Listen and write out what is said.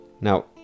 Now